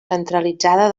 centralitzada